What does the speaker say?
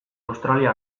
australia